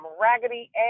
raggedy